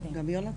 יוכי,